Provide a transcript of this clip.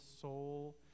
soul